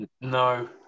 No